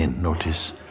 Notice